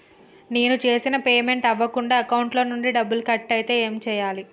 నేను చేసిన పేమెంట్ అవ్వకుండా అకౌంట్ నుంచి డబ్బులు కట్ అయితే ఏం చేయాలి?